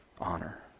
honor